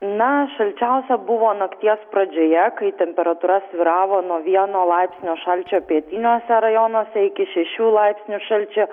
na šalčiausia buvo nakties pradžioje kai temperatūra svyravo nuo vieno laipsnio šalčio pietiniuose rajonuose iki šešių laipsnių šalčio